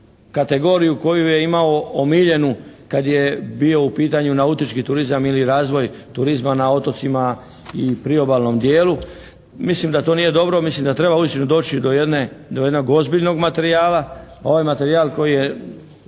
kategoriju koju je imao omiljenu kad je bio u pitanju nautički turizam ili razvoj turizma na otocima i priobalnom dijelu. Mislim da to nije dobro, mislim da treba uistinu doći do jedne, do jednog ozbiljnog materijala. Ovaj materijal koji je